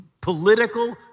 political